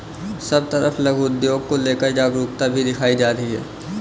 सब तरफ लघु उद्योग को लेकर जागरूकता भी दिखाई जा रही है